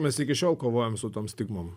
mes iki šiol kovojam su tom stigmom